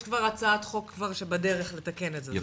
יש כבר הצעת חוק שבדרך לתקן את זה.